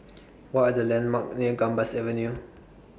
What Are The landmarks near Gambas Avenue